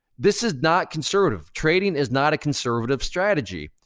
this is not conservative. trading is not a conservative strategy.